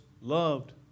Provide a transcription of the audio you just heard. loved